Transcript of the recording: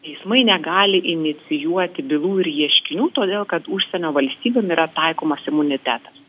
teismai negali inicijuoti bylų ir ieškinių todėl kad užsienio valstybėm yra taikomas imunitetas